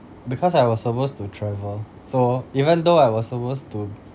because I was supposed to travel so even though I was supposed to